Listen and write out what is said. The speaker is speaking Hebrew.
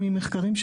קודם כל במשפחה,